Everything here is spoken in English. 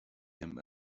him